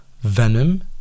Venom